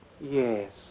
Yes